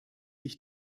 ich